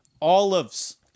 Olives